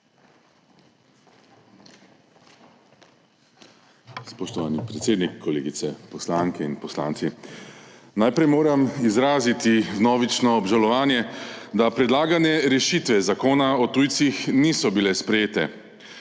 Spoštovani predsednik, kolegice poslanke in poslanci! Najprej moram izraziti vnovično obžalovanje, da predlagane rešitve Zakona o tujcih niso bile sprejete.